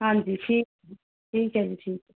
ਹਾਂਜੀ ਠੀਕ ਠੀਕ ਹੈ ਜੀ ਠੀਕ